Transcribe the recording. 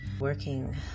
working